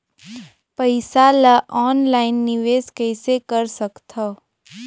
पईसा ल ऑनलाइन निवेश कइसे कर सकथव?